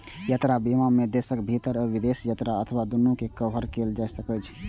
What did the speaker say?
यात्रा बीमा मे देशक भीतर या विदेश यात्रा अथवा दूनू कें कवर कैल जा सकै छै